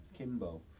Kimbo